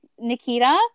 Nikita